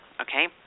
okay